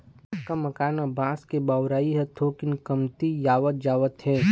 पक्का मकान म बांस के बउरई ह थोकिन कमतीयावत जावत हे